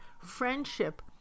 friendship